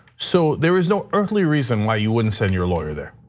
so there is no earthly reason why you wouldn't send your lawyer there.